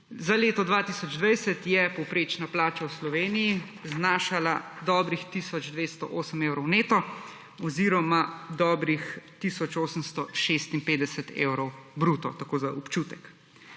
Za leto 2022 je povprečna plača v Sloveniji znašala dobrih tisoč 208 evrov neto oziroma dobrih tisoč 856 evrov bruto; tako za občutek.